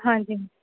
ਹਾਂਜੀ